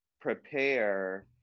prepare